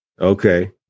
Okay